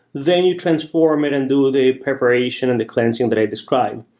then you transform it and do the preparation and the cleansing that i described.